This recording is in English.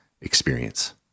experience